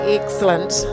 excellent